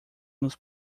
nos